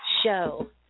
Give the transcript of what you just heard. show